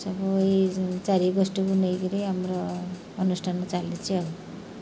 ସବୁ ଏଇ ଚାରି ଗୋଷ୍ଠୀକୁ ନେଇ କରି ଆମର ଅନୁଷ୍ଠାନ ଚାଲିଚି ଆଉ